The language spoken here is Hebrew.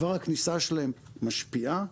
כבר הכניסה שלהם משפיעה,